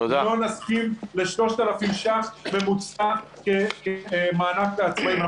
לא נסכים ל-3,000 שקלים ממוצע כמענק לעצמאים.